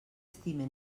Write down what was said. estime